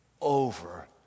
over